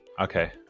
Okay